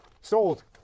Sold